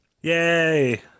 Yay